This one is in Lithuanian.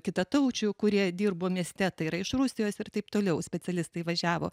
kitataučių kurie dirbo mieste tai yra iš rusijos ir taip toliau specialistai važiavo